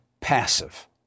passive